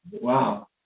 Wow